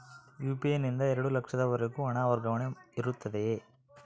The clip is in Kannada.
ಯು.ಪಿ.ಐ ನಿಂದ ಎರಡು ಲಕ್ಷದವರೆಗೂ ಹಣ ವರ್ಗಾವಣೆ ಇರುತ್ತದೆಯೇ?